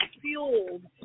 fueled